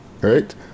Right